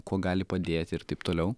kuo gali padėti ir taip toliau